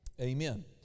Amen